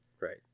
Right